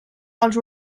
els